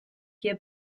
tier